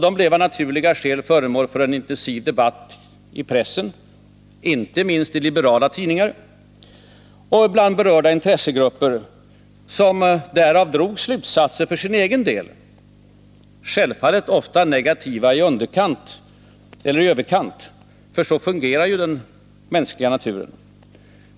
De blev av naturliga skäl föremål för en intensiv debatt i pressen, inte minst i liberala tidningar, och bland berörda intressegrupper, som för sin egen del därav drog slutsatser —- självfallet ofta negativa i överkant, för så fungerar ju den mänskliga naturen.